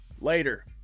Later